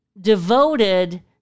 devoted